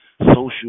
Social